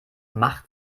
mach